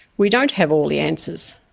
we don't have all the answers.